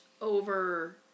over